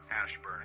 Ashburn